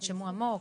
תנשמו עמוק,